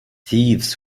thieves